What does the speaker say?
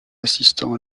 assistant